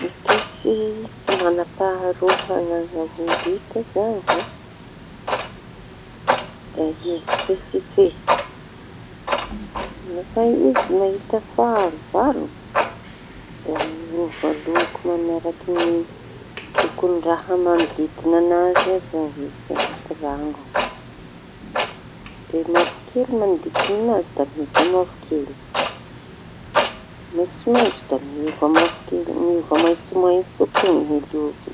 Ny toetsy tsy mañam-paharoa añana orita zañy da izy fetsy fetsy no fa izy mahita fahavalo da miova loko manaraky ny lokon'ny raha manodidiña an'azy avao. Izy añaty raño ndre mavokely mañodidina an'azy da miova mavokely; mentso mentso da miova mavoke- miova mentso mentso koa ny lokoñy.